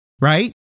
right